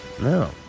No